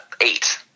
eight